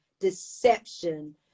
deception